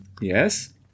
Yes